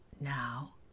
Now